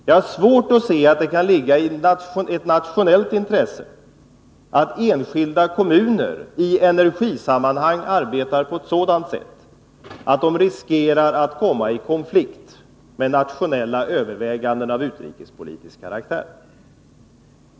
Jag kan inte se att det kan ligga ett nationellt intresse i att enskilda kommuner i energisammanhang arbetar på ett sådant sätt att de riskerar att komma i konflikt med nationella överväganden av utrikespolitisk karaktär.